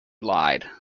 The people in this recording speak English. lied